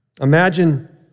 Imagine